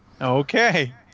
Okay